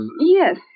Yes